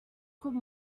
could